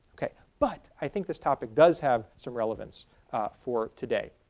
but i think this topic does have so relevance for today.